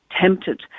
tempted